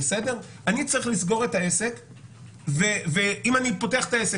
אני צריך לסגור את העסק ואם אני פותח את העסק,